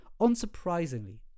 unsurprisingly